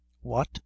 What